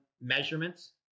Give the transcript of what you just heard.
measurements